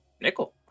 Nickel